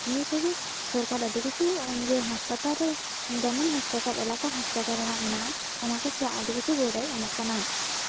ᱱᱤᱭᱟᱹ ᱠᱚᱜᱮ ᱥᱚᱨᱠᱟᱨ ᱟᱹᱰᱤ ᱠᱤᱪᱷᱩ ᱡᱮ ᱦᱟᱥᱯᱟᱛᱟᱞ ᱨᱮ ᱜᱨᱟᱢᱤᱱ ᱦᱟᱥᱯᱟᱛᱟᱞ ᱮᱞᱟᱠᱟ ᱦᱟᱥᱯᱟᱛᱟᱞ ᱨᱮᱱᱟᱜ ᱢᱮᱱᱟᱜᱼᱟ ᱚᱱᱟ ᱠᱚ ᱥᱟᱞᱟᱜ ᱟᱹᱰᱤ ᱠᱤᱪᱷᱩ ᱜᱚᱲᱚᱭ ᱮᱢᱚᱜ ᱠᱟᱱᱟ